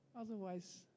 otherwise